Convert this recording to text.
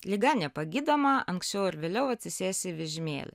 liga nepagydoma anksčiau ar vėliau atsisėsi vežimėlį